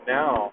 now